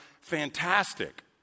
fantastic